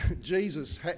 jesus